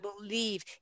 believe